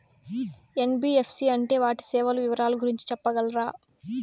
NBFC అంటే అది వాటి సేవలు వివరాలు గురించి సెప్పగలరా?